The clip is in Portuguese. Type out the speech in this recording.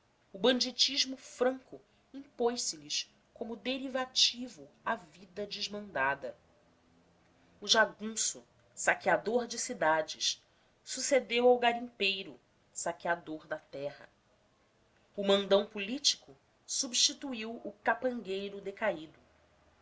o banditismo franco impôs se lhes como derivativo à vida desmandada o jagunço saqueador de cidades sucedeu ao garimpeiro saqueador da terra o mandão político substituiu o capangueiro decaído